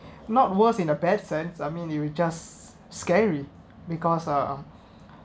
not worst in a bad sense I mean you will just scary because uh